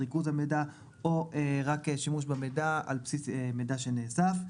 ריכוז המידע או רק שימוש במידע על בסיס מידע שנאסף.